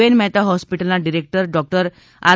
N Mehta હોસ્પિટલના director doctor R